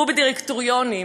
והוא הדירקטוריונים.